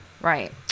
Right